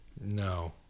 No